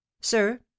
sir